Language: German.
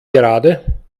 gerade